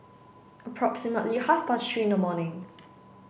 approximately half past three in the morning